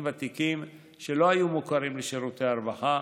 ותיקים שלא היו מוכרים לשירותי הרווחה,